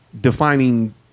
defining